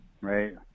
right